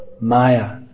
Maya